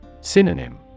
Synonym